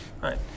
Right